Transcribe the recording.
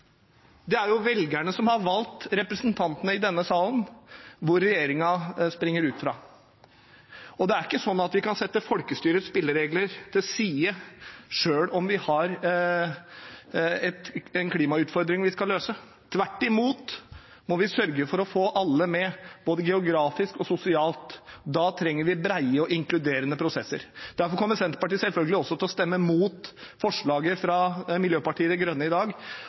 er jo folkestyre. Det er velgerne som har valgt representantene i denne salen, som regjeringen springer ut fra. Det er ikke sånn at vi kan sette folkestyrets spilleregler til side selv om vi har en klimautfordring vi skal løse. Tvert imot må vi sørge for å få alle med, både geografisk og sosialt. Da trenger vi brede og inkluderende prosesser. Derfor kommer Senterpartiet selvfølgelig også til å stemme imot forslaget fra Miljøpartiet De Grønne i dag,